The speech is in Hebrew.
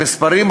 המספרים,